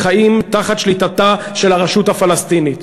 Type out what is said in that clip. חיים תחת שליטתה של הרשות הפלסטינית.